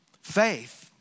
Faith